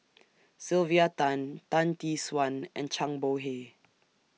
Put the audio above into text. Sylvia Tan Tan Tee Suan and Zhang Bohe